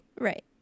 Right